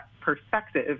perspective